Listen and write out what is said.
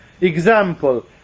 Example